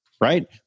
right